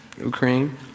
Ukraine